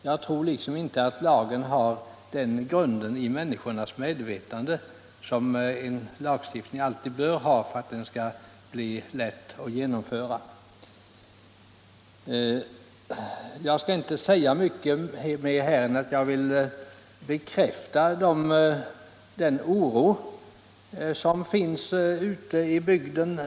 Jag tror inte att lagstiftningen har den grund i människornas medvetande som en lagstiftning alltid bör ha för att den skall bli lätt att genomföra. Jag skall inte säga mycket mer än att jag vill bekräfta den oro som finns ute i bygderna.